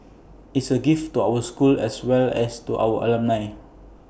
is A gift to our school as well as to our alumni